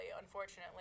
unfortunately